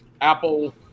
Apple